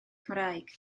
cymraeg